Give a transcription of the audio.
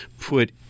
put